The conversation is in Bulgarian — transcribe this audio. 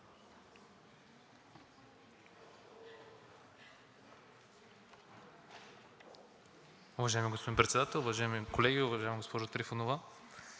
Уважаеми господин Председател, уважаеми колеги! Уважаема госпожо Трифонова,